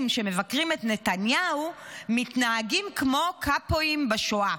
שמבקרים את נתניהו מתנהגים כמו קאפואים בשואה.